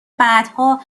بعدها